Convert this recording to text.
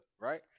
Right